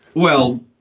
well,